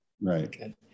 Right